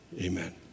amen